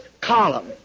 column